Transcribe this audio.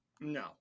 no